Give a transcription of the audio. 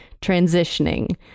transitioning